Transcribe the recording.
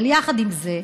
אבל יחד עם זה,